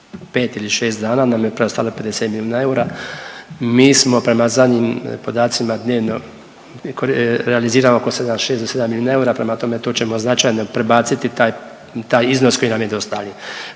35 ili šest dana nam je preostalo 50 milijuna eura. Mi smo prema zadnjim podacima dnevno realiziramo oko šest do sedam milijuna eura prema tome to ćemo značajno prebaciti daj iznos koji nam je dostavljen.